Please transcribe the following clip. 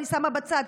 אני שמה בצד,